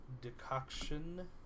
decoction